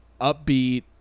upbeat